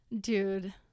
dude